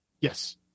Yes